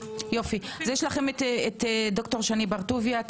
יש לכם ד"ר שני בר טוביה.